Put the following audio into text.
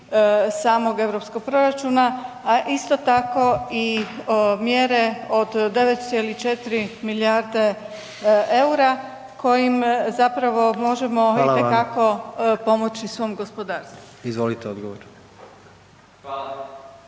samog europskog proračuna, a isto tako i mjere od 9,4 milijarde eura kojim možemo itekako pomoći svom gospodarstvu. **Jandroković, Gordan